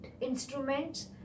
instruments